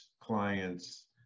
clients